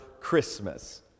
Christmas